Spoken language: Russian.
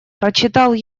прочитал